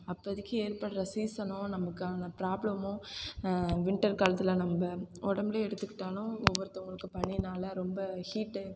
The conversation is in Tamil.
அப்போதிக்கு ஏற்படுகிற சீசனோ நமக்கு அங்கே ப்ராப்ளமோ வின்டர் காலத்தில் நம்ம உடம்புலையே எடுத்துக்கிட்டாலும் ஒவ்வொருத்தங்களுக்கு பனினால் ரொம்ப ஹீட்டு